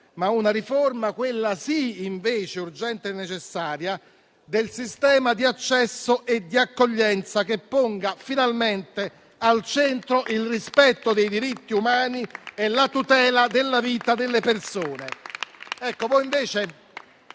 ma una riforma - quella sì urgente e necessaria - del sistema di accesso e accoglienza, che ponga finalmente al centro il rispetto dei diritti umani e la tutela della vita delle persone.